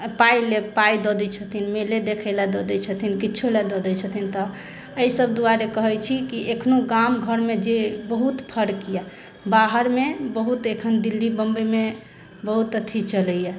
आ पाइ लेब पाइ दऽ दै छथिन मेले देखै लए दऽ दै छथिन किछो लए दऽ दै छथिन तऽ एहि सभ दुआरे कहै छी कि एखनो गाम घरमे जे बहुत फर्क यऽ बाहर मे बहुत एखन दिल्ली बम्बइ मे बहुत अथि चलैया